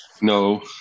no